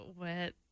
Wet